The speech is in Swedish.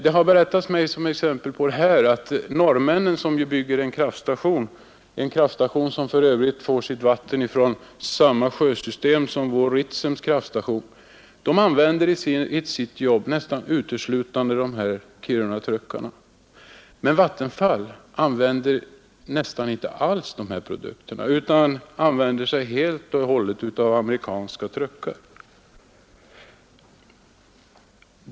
Det har berättats mig som ett exempel på detta att norrmännen som nu bygger en kraftstation, vilken för övrigt får sitt vatten från samma sjösystem som vår Ritsemkraftstation, använder nästan uteslutande Kirunatruckar, men Vattenfall använder nästan inte alls dessa produkter utan håller sig helt och hållet till amerikanska truckar.